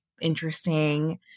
interesting